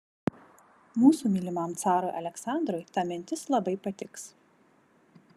mūsų mylimam carui aleksandrui ta mintis labai patiks